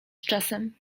czasem